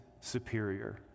superior